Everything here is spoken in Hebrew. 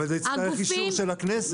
אבל זה יצטרך אישור של הכנסת.